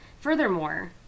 furthermore